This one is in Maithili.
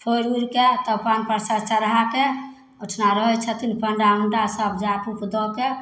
फोड़ि उड़िके तब पान परसाद चढ़ाके ओहिठाम रहै छथिन पण्डा उण्डासभ जाप उप दऽके